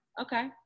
Okay